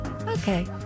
Okay